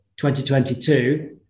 2022